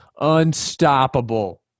unstoppable